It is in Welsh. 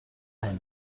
hyn